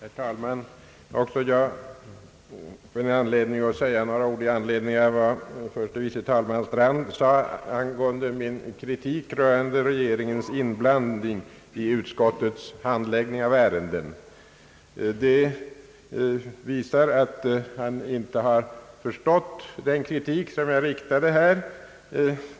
Herr talman! Också jag har anledning att säga några ord med anledning av vad herr förste vice talmannen Strand uttalade angående min kritik rörande regeringens inblandning i utskottets handläggning av ärenden. Vad han sade visar att han inte har förstått den kritik som jag riktade här.